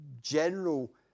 general